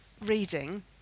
reading